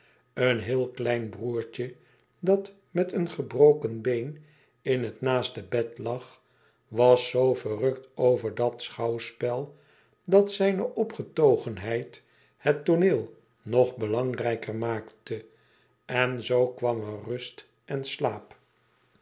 en heel klein broertje dat met een gebroken been in het naaste bed lag was zoo verrukt over dat schouwspel dat zijne opgetogenheid het tooneel nog belangrijker maakte en zoo kwam er rust en slaap